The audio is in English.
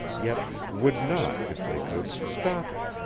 yet would not, if they could, stop it,